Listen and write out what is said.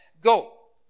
Go